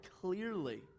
clearly